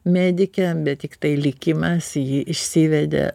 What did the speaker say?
medikė bet tiktai likimas jį išsivedė